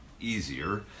easier